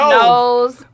nose